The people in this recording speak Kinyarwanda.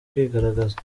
kwigaragaza